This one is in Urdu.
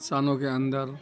سانوں کے اندر